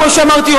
כמו שאמרתי,